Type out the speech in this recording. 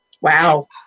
Wow